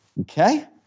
Okay